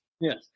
Yes